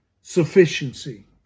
sufficiency